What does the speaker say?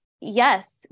yes